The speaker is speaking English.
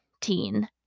teen